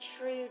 true